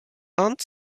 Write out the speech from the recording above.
aunt